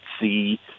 see